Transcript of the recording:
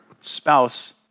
spouse